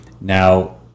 Now